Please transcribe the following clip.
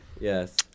Yes